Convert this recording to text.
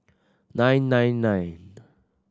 nine nine nine